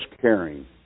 caring